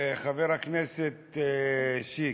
חבר הכנסת שיק,